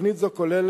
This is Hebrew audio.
תוכנית זו כוללת